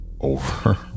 over